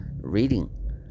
reading